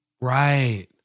right